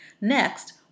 Next